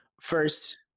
first